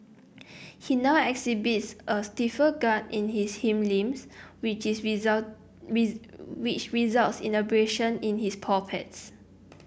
he now exhibits a stiffer gait in his hind limbs which is result which results in abrasions in his paw pads